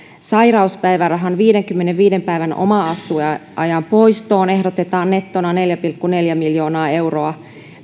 sairauspäivärahan viidenkymmenenviiden päivän omavastuuajan poistoon ehdotetaan nettona neljä pilkku neljä miljoonaa euroa